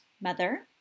mother